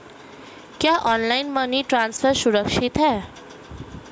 क्या online money transfer सुरक्षित है?